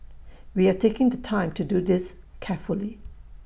we are taking the time to do this carefully